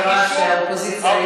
אני רואה שהאופוזיציה היום,